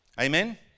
Amen